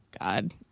God